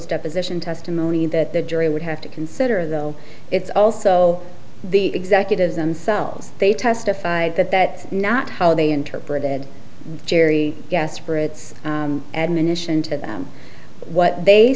deposition testimony that the jury would have to consider though it's also the executives themselves they testified that that not how they interpreted jerry gaspar it's admonition to them what they